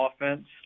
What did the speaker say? offense